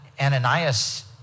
Ananias